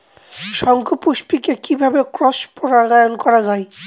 শঙ্খপুষ্পী কে কিভাবে ক্রস পরাগায়ন করা যায়?